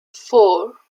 four